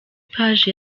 page